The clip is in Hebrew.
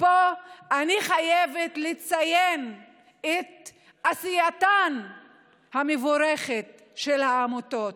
פה אני חייבת לציין את עשייתן המבורכת של העמותות.